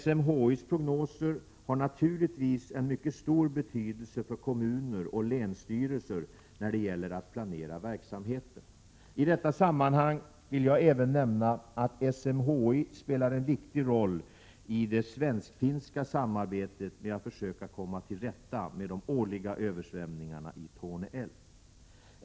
SMHI:s prognoser har naturligtvis en mycket stor betydelse för kommuner och länsstyrelser när det gäller att planera verksamheten. I detta sammanhang vill jag även nämna att SMHI spelar en viktig roll i det svensk-finska samarbetet med att försöka komma till rätta med de årliga översvämningarna i Torne älv.